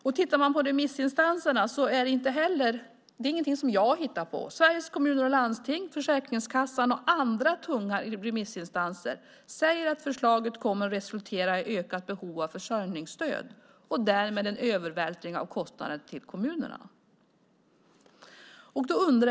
När det gäller remissinstanserna är det inget jag har hittat på. Sveriges Kommuner och Landsting, Försäkringskassan och andra tunga remissinstanser säger att förslaget kommer att resultera i ökat behov av försörjningsstöd och därmed en övervältring av kostnaden till kommunerna.